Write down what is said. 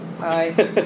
Hi